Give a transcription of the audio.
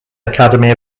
academy